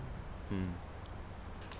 mm